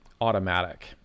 automatic